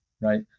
right